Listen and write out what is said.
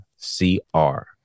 C-R